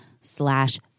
slash